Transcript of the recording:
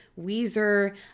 Weezer